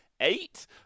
eight